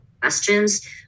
Questions